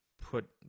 put